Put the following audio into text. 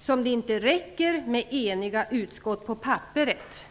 som det skall påpekas att det inte räcker med att utskottet är enigt på papperet.